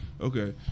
Okay